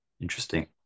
Interesting